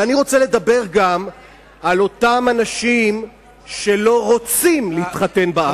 אני רוצה לדבר גם על אותם אנשים שלא רוצים להתחתן בארץ.